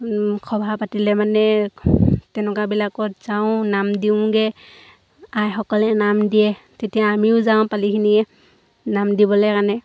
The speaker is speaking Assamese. সভা পাতিলে মানে তেনেকুৱাবিলাকত যাওঁ নাম দিওঁগৈ আইসকলে নাম দিয়ে তেতিয়া আমিও যাওঁ পালিখিনিয়ে নাম দিবলৈ কাৰণে